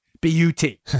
B-U-T